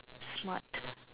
smart